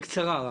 רק בקצרה.